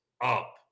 up